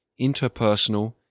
interpersonal